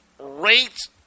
rates